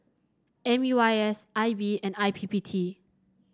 M U I S I B and I P P T